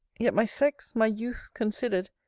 yet, my sex, my youth, considered,